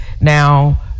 now